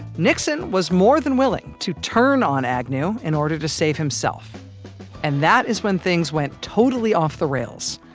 nixon was more than willing to turn on agnew in order to save himself and that is when things went totally off the rails,